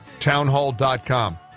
Townhall.com